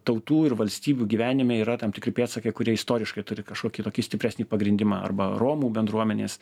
tautų ir valstybių gyvenime yra tam tikri pėdsakai kurie istoriškai turi kažkokį tokį stipresnį pagrindimą arba romų bendruomenės